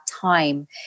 time